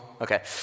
Okay